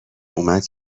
اومد